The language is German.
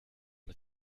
mit